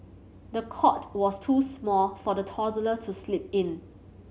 the cot was too small for the toddler to sleep in